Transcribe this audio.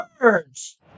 Birds